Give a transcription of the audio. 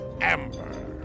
Amber